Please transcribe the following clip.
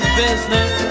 business